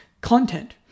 content